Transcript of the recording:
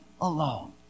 alone